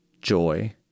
joy